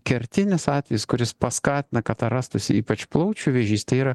kertinis atvejis kuris paskatina kad rastųsi ypač plaučių vėžys tai yra